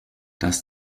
das